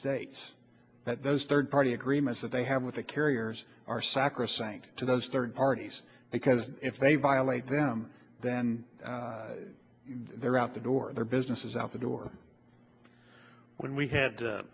states that those third party agreements that they have with the carriers are sacrosanct to those third parties because if they violate them then they're out the door their business is out the door when we had